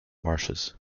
marches